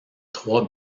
trois